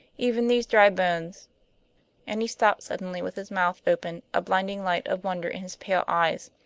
even these dry bones and he stopped suddenly with his mouth open, a blinding light of wonder in his pale eyes.